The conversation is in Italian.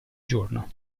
giorno